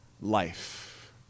life